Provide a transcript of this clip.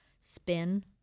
Spin